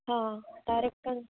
हा डाइरेक्ट कनि